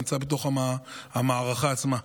הוא נמצא בתוך המערכה עצמה.